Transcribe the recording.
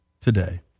today